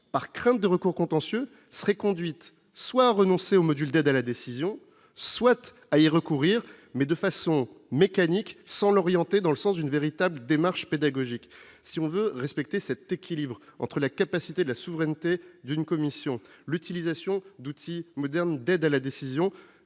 par crainte de recours contentieux serait conduite soit renoncer au Module d'aide à la décision souhaite à y recourir, mais de façon mécanique, sans l'orienter dans le sens d'une véritable démarche pédagogique, si on veut respecter cet équilibre entre la capacité de la souveraineté d'une commission, l'utilisation d'outils modernes d'aide à la décision,